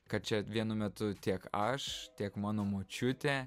kad čia vienu metu tiek aš tiek mano močiutė